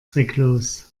zwecklos